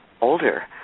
older